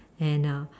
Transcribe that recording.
and uh